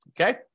Okay